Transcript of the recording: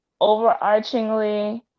Overarchingly